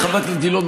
חבר הכנסת גילאון,